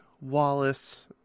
Wallace